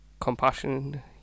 Compassion